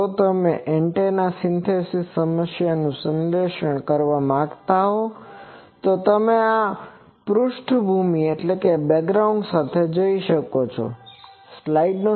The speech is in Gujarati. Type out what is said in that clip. જો તમે એન્ટેના સિન્થેસિસ સમસ્યાનુ સંશ્લેષણ કરવા માંગતા હો તો તમે આ પૃષ્ઠભૂમિ સાથે જઈ શકો છો